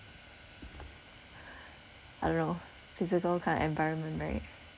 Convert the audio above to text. I don't know physical kind of environment right